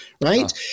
Right